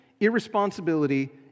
irresponsibility